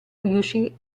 riuscì